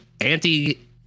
anti